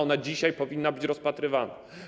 Ona dzisiaj powinna być rozpatrywana.